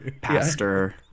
pastor